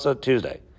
Tuesday